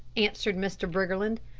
answered mr. briggerland.